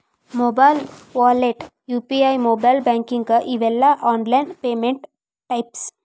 mobile wallet UPI mobile banking ಇವೆಲ್ಲ online payment types